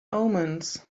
omens